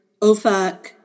OFAC